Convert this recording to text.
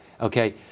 Okay